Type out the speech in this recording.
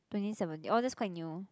twenty seventeen oh that's quite new